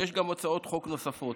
ויש הצעות חוק נוספות.